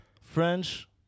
French